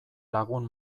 lagun